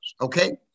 okay